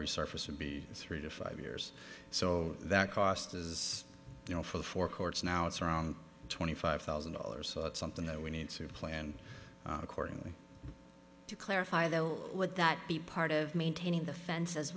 resurface would be three to five years so that cost is you know for four courts now it's around twenty five thousand dollars so it's something that we need to plan accordingly to clarify though would that be part of maintaining the fence as